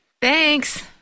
Thanks